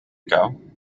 kou